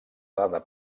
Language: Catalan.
dada